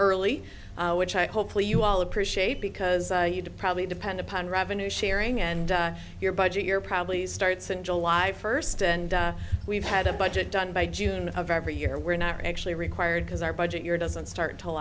early which i hopefully you all appreciate because you probably depend upon revenue sharing and your budget you're probably starts in july first and we've had a budget done by june of every year we're not actually required because our budget year doesn't start